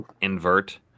invert